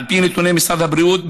על פני נתוני משרד הבריאות,